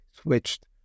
switched